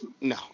No